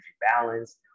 balance